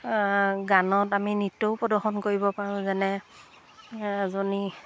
গানত আমি নৃত্যও প্ৰদৰ্শন কৰিব পাৰোঁ যেনে এজনী